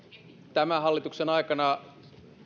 tämän hallituksen aikana